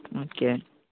okay